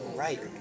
right